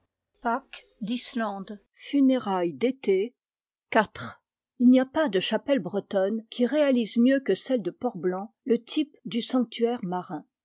ourlet d'argent iv il n'y a pas de chapelle bretonne qui réalise mieux que celle de port blanc le type du sanctuaire marin